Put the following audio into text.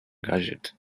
gadget